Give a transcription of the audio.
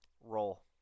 roll